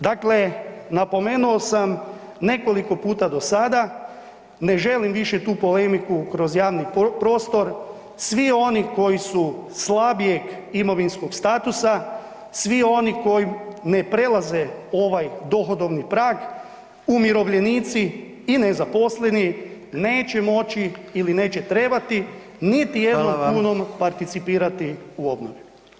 Dakle, napomenuo sam nekoliko puta do sada, ne želim više tu polemiku kroz javni prostor, svi oni koji su slabijeg imovinskog statusa, svi oni koji ne prelaze ovaj dohodovni prag, umirovljenici i nezaposleni, neće moći ili neće trebati niti jednom [[Upadica: Hvala vam]] kunom participirati u obnovi.